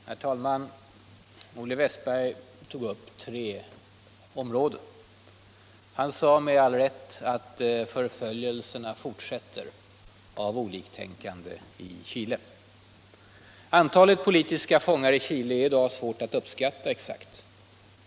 Herr talman! Olle Wästberg tog upp tre områden. Han sade med all rätt att förföljelserna av oliktänkande i Chile fortsätter. Antalet politiska fångar i Chile i dag är svårt att uppskatta exakt.